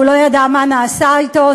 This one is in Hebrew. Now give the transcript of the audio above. הוא לא ידע מה נעשה אתו.